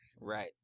Right